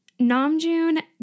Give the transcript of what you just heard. Namjoon